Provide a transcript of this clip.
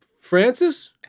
Francis